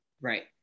Right